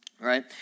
Right